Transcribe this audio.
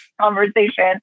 conversation